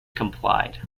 complied